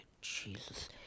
Jesus